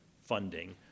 funding